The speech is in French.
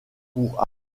pour